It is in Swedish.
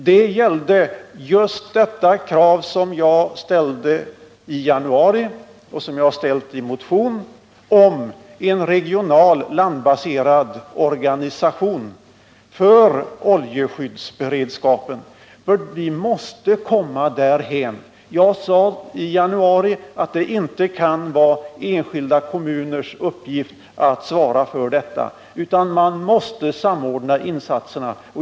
Den gällde just det krav som jag ställde i januari och som jag också har ställt i en motion om en regional, landbaserad organisation för oljeskyddsberedskapen. Vi måste komma därhän. Jag sade i januari att det inte kan vara enskilda kommuners uppgift att svara för detta. Man måste samordna insatserna.